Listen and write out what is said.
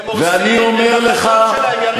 אתם הורסים את החזון שלהם, יריב.